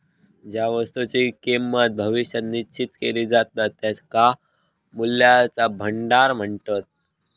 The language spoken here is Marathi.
ज्या वस्तुंची किंमत भविष्यात निश्चित केली जाता त्यांका मूल्याचा भांडार म्हणतत